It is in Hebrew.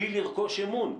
כלי לרכוש אמון.